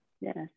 Yes